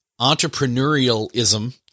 entrepreneurialism